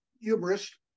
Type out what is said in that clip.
humorist